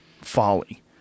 folly